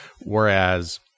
Whereas